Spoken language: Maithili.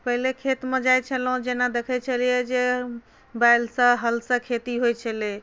पहिले खेतमे जाइत छलहुँ जेना देखैत छलियै जे बैलसँ हलसँ खेती होइत छलै